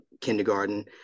kindergarten